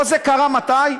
כל זה קרה מתי?